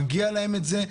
מגיע להם את זה,